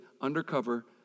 Undercover